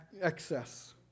excess